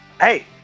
Hey